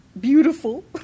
Beautiful